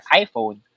iphone